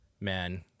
man